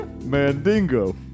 Mandingo